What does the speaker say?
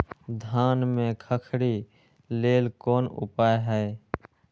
धान में खखरी लेल कोन उपाय हय?